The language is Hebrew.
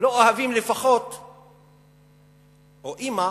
לא אוהבים לפחות או אמא